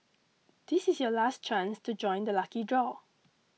this is your last chance to join the lucky draw